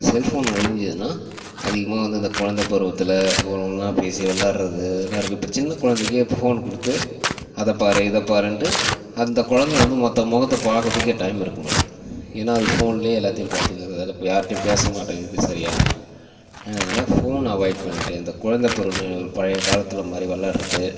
cellphone ஒழிஞ்சிதுன்னா அதிகமாக வந்து இந்த குழந்த பருவத்தில் ஒன்னாக பேசி விளாட்றது இதெலாம் இருக்கு இப்போ சின்ன குழந்தைக்கே இப்போ ஃபோன் கொடுத்து அதை பார் இதை பாருன்ட்டு அந்த குழந்த வந்து மற்ற முகத்த பார்க்கறதுக்கே டைம் இருக்க மாட்டுது ஏன்னா அது ஃபோன்ல எல்லாத்தையும் பார்த்துக்கறதால யார்ட்டையும் பேச மாட்டேங்கிது சரியாக அதனால் ஃபோனை அவாய்ட் பண்ணிவிட்டு அந்த குழந்தை பருவ நினைவுகள் பழைய காலத்தில் மாதிரி விளாட்றது